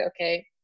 okay